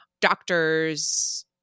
doctors